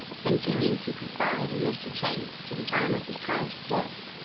continued to confide in mr. chase to the time of his tragic death.